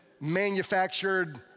manufactured